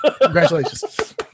congratulations